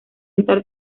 estar